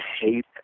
hate